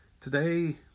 Today